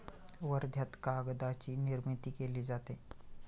वर्ध्यात कागदाची निर्मिती केली जाते